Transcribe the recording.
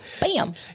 Bam